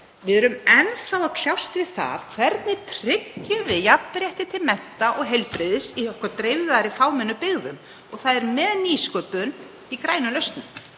við erum enn þá að kljást við það hvernig tryggja megi jafnrétti til mennta og heilbrigðis í okkar dreifðu og fámennu byggðum. Það er með nýsköpun í grænum